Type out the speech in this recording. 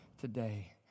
today